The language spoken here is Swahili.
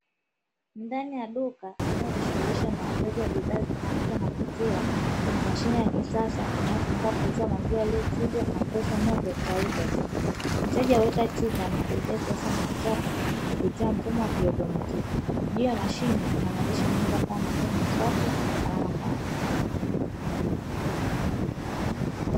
Ndani ya duka linalojishughulisha na uuzaji wa bidhaa zitokanazo na maziwa kuna mashine ya kisasa inayotumika kuuza maziwa yaliyochujwa na kupashwa moto tayari kwa kunywa, mteja huweka chupa na kulipia kiasi anachotaka kupitia mfumo wa kiautomatiki, juu ya mashine kuna maandishi yanayoeleza kuwa maziwa ni safi na salama kwa afya.